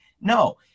No